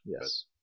yes